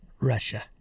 Russia